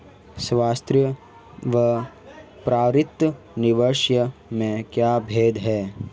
स्वायत्त व प्रेरित निवेश में क्या भेद है?